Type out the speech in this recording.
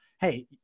Hey